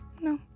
No